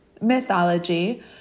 mythology